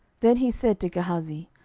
then he said to gehazi,